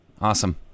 awesome